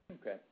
Okay